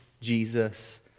Jesus